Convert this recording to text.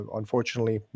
unfortunately